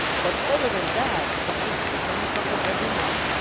but other than that, it's amazing. they send you something every month.